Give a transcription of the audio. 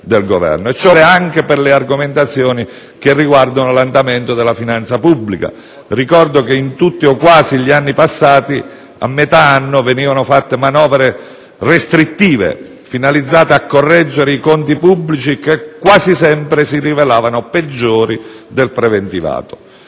del Governo. E ciò vale anche per le argomentazioni che riguardano l'andamento della finanza pubblica. Ricordo che in tutti o quasi gli anni passati a metà anno venivano approntate manovre restrittive finalizzate a correggere i conti pubblici, che quasi sempre si rivelavano peggiori del preventivato.